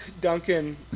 Duncan